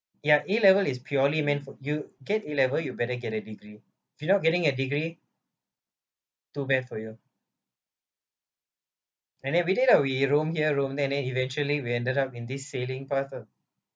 ya A level is purely meant for you get A level you better get a degree without getting a degree too bad for you and every day lah we roam here roam there and then eventually we ended up in this sailing path ah